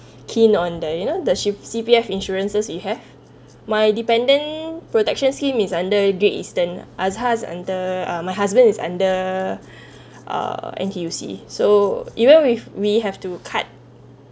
keen on the you know the c C_P_F insurances you have my dependent protection scheme is under Great Eastern ah Azhar under uh my husband is under err N_T_U_C so even we've we have to cut